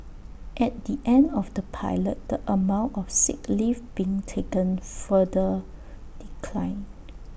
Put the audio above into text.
at the end of the pilot the amount of sick leave being taken further declined